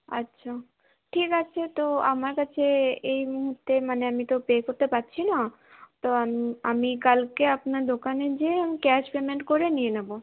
আচ্ছা ঠিক আছে তো আমার কাছে এই মুহূর্তে মানে আমি তো পে করতে পারছি না তো আমি আমি কালকে আপনার দোকানে গিয়ে ক্যাশ পেমেন্ট করে নিয়ে নেব